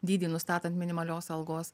dydį nustatant minimalios algos